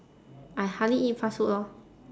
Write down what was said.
I hardly eat fast food lor